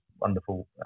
wonderful